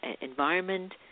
environment